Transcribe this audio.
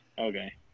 Okay